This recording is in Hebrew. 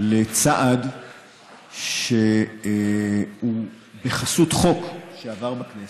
לצעד שהוא בחסות חוק שעבר בכנסת,